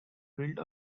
filled